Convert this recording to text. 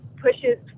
pushes